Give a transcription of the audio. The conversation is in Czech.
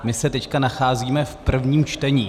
My se teď nacházíme v prvním čtení.